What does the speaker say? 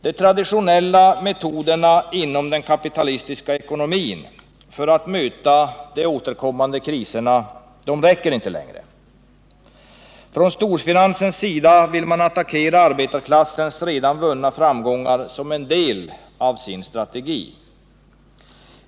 De traditionella metoderna inom den kapitalistiska ekonomin för att möta de återkommande kriserna räcker inte längre. Från storfinansens sida vill man attackera arbetarklassens redan vunna framgångar som en del av sin strategi.